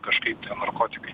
kažkaip tai narkotikai